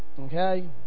Okay